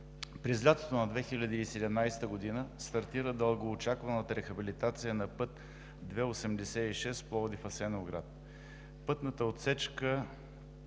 през лятото на 2017 г. стартира дългоочакваната рехабилитация на път II-86 Пловдив – Асеновград. Пътната отсечка